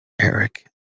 Eric